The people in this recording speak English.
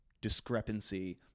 discrepancy